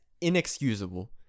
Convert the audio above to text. inexcusable